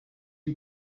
you